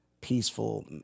peaceful